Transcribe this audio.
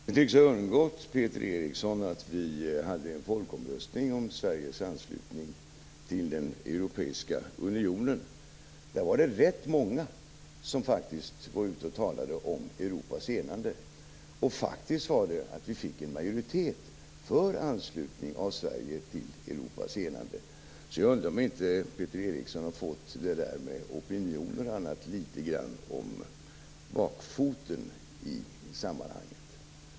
Fru talman! Det tycks ha undgått Peter Eriksson att vi hade en folkomröstning om Sveriges anslutning till den europeiska unionen. Där var det faktiskt rätt många som gick ut och talade om Europas enande. Dessutom fick vi en majoritet för anslutning av Sverige till Europas enande. Jag undrar alltså om inte Peter Eriksson har fått det där med opinionen litet grand om bakfoten i detta sammanhang.